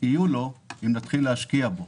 יהיו לו אם נתחיל להשקיע בו.